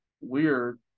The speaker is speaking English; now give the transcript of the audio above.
weird